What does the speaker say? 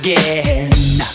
Again